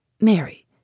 Mary